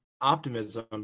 optimism